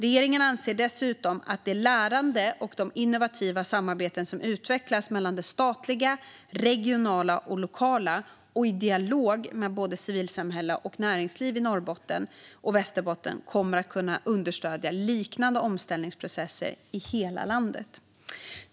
Regeringen anser dessutom att det lärande och de innovativa samarbeten som utvecklas mellan det statliga, regionala och lokala och i dialog med både civilsamhälle och näringsliv i Norrbotten och Västerbotten kommer att kunna understödja liknande omställningsprocesser i hela landet.